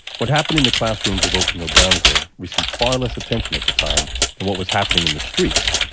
what happened in the classrooms of ocean hill-brownsville received far less attention at the time than what was happening in the streets.